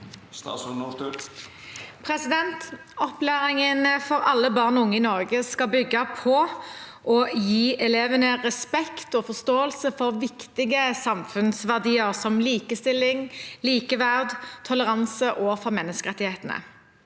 Opplærin- gen for alle barn og unge i Norge skal bygge på og gi elevene respekt og forståelse for viktige samfunnsverdier som likestilling, likeverd, toleranse og menneskerettighetene.